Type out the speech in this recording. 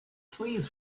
please